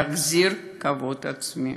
להחזיר את הכבוד העצמי.